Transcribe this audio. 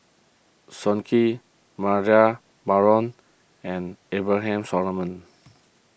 Sun Yee Baharom and Abraham Solomon